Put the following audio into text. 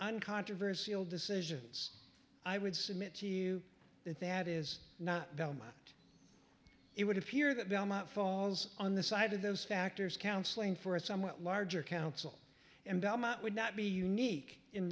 uncontroversial decisions i would submit to you that that is not belmont it would appear that belmont falls on the side of those factors counseling for a somewhat larger council endowment would not be unique in